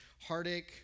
heartache